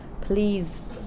please